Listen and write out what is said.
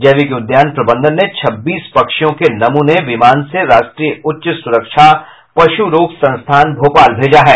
जैविक उद्यान प्रबंधन ने छब्बीस पक्षियों के नमूने विमान से राष्ट्रीय उच्च सुरक्षा पशु रोग संस्थान भोपाल भेजा है